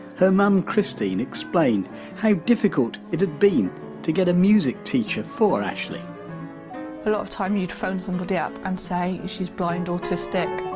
her mum christine explained how difficult it had been to get a music teacher for ashley a lot of time you'd phone somebody up and say she's blind, autistic